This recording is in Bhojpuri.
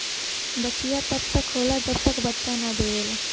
बछिया तब तक होला जब तक बच्चा न देवेला